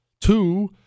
Two